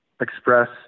express